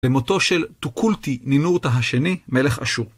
למותו של טוקולטי נינורתה השני, מלך אשור.